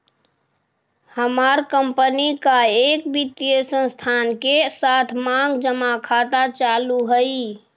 हमार कंपनी का एक वित्तीय संस्थान के साथ मांग जमा खाता चालू हई